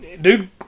dude